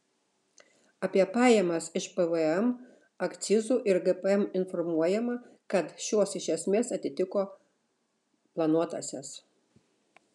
apie pajamas iš pvm akcizų ir gpm informuojama kad šios iš esmės atitiko planuotąsias